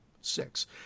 six